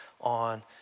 on